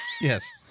Yes